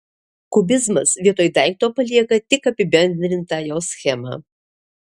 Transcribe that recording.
kubizmas vietoj daikto palieka tik apibendrintą jo schemą